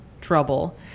trouble